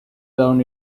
down